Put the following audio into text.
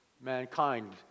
mankind